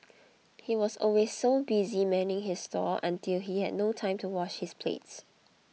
he was always so busy manning his stall until he had no time to wash his plates